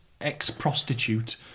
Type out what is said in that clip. ex-prostitute